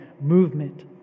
movement